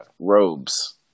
robes